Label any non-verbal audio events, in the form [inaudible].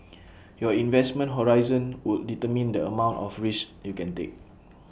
[noise] your investment horizon would determine the amount of risks you can take